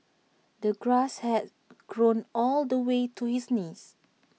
the grass had grown all the way to his knees